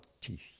teeth